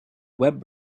web